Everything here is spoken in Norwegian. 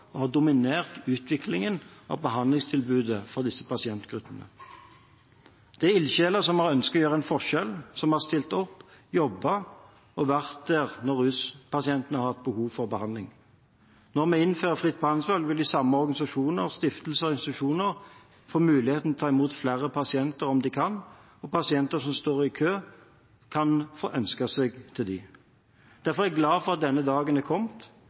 og har dominert utviklingen av behandlingstilbudet for disse pasientgruppene. Det er ildsjeler som har ønsket å gjøre en forskjell, som har stilt opp, jobbet og vært der når ruspasientene har hatt behov for behandling. Når vi innfører fritt behandlingsvalg, vil de samme organisasjoner, stiftelser og institusjoner få muligheten til å ta imot flere pasienter om de kan, og pasienter som står i kø, kan få ønske seg til dem. Derfor er jeg glad for at denne dagen er kommet,